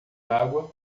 água